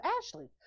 Ashley